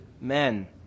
men